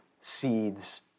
seeds